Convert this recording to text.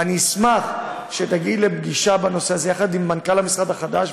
ואני אשמח שתגיעי לפגישה בנושא הזה עם מנכ"ל המשרד החדש,